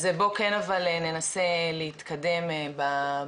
אז בואו כן אבל ננסה להתקדם בדיון.